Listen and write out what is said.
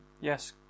Yes